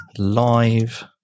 live